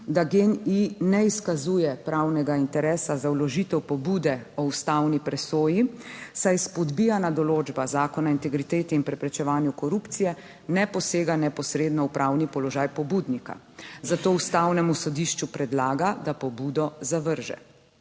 da GEN-I ne izkazuje pravnega interesa za vložitev pobude o ustavni presoji, saj izpodbijana določba Zakona o integriteti in preprečevanju korupcije ne posega neposredno v pravni položaj pobudnika. Zato Ustavnemu sodišču predlaga, da pobudo zavrže.